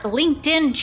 linkedin